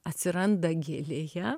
atsiranda gėlėje